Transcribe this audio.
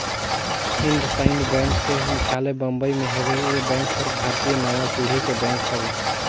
IndusInd bank के मुख्यालय बंबई मे हेवे, ये बेंक हर भारतीय नांवा पीढ़ी के बेंक हवे